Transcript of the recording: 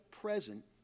present